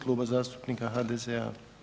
Kluba zastupnika HDZ-a.